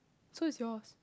so is yours